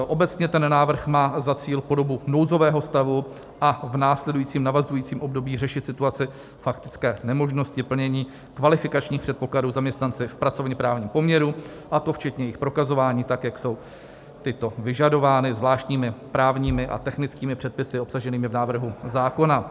Obecně má návrh za cíl po dobu nouzového stavu a v následujícím navazujícím období řešit situaci faktické nemožnosti plnění kvalifikačních předpokladů zaměstnance v pracovněprávním poměru, a to včetně jejich prokazování, jak jsou tyto vyžadovány zvláštními právními a technickými předpisy obsaženými v návrhu zákona.